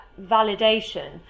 validation